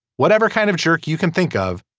whatever kind of jerk you can think of.